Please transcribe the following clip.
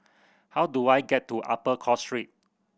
how do I get to Upper Cross Street